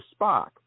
Spock